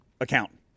account